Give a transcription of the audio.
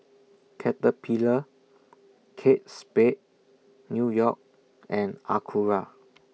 Caterpillar Kate Spade New York and Acura